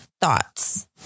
thoughts